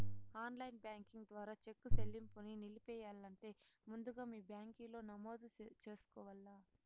online banking ద్వారా cheque సెల్లింపుని నిలిపెయ్యాలంటే ముందుగా మీ బ్యాంకిలో నమోదు చేసుకోవల్ల